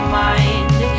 mind